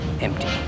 empty